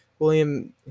William